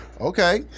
Okay